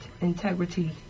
Integrity